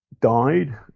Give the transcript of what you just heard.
died